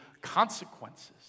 consequences